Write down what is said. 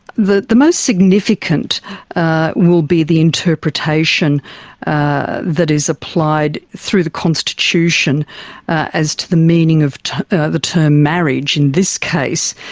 the the most significant will be the interpretation ah that is applied through the constitution as to the meaning of the term marriage in this case.